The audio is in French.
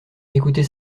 écoutez